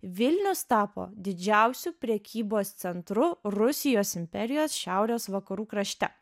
vilnius tapo didžiausiu prekybos centru rusijos imperijos šiaurės vakarų krašte